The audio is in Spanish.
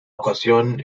ocasión